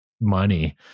money